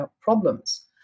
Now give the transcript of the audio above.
problems